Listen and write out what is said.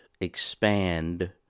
expand